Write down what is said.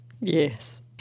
yes